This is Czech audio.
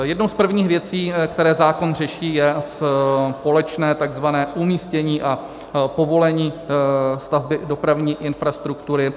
Jednou z prvních věcí, které zákon řeší, je společné tzv. umístění a povolení stavby dopravní infrastruktury.